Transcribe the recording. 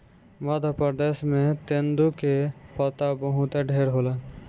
मध्य प्रदेश में तेंदू के पत्ता बहुते ढेर होला